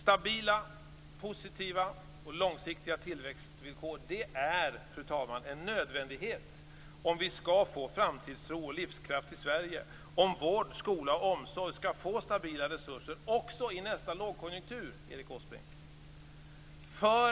Stabila, positiva och långsiktiga tillväxtvillkor är, fru talman, en nödvändighet om vi skall få framtidstro och livskraft i Sverige, om vård skola och omsorg skall få stabila resurser också i nästa lågkonjunktur, Erik Åsbrink.